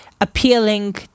appealing